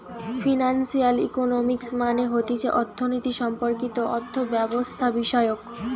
financial economics মানে হতিছে অর্থনীতি সম্পর্কিত অর্থব্যবস্থাবিষয়ক